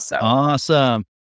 Awesome